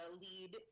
lead